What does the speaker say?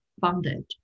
funded